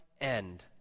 end